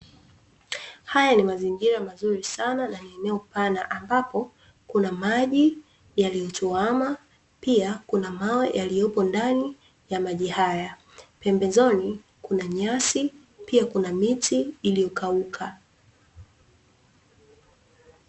Haya ni mazingira mazuri sana na eneo pana ambapo kuna maji yaliyotuama, pia kuna mawe yliyopo ndani ya maji haya, pembezoni kuna nyasi pia kuna miti iliyokauka.